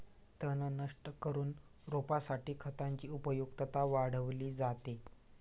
तण नष्ट करून रोपासाठी खतांची उपयुक्तता वाढवली जाते